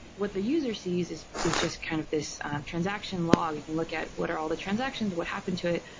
what the user sees is is just kind of this transaction log you can look at what are all the transactions, what happened to it,